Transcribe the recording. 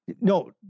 No